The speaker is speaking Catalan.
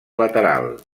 lateral